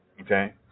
Okay